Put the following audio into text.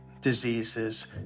diseases